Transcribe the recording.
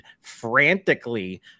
frantically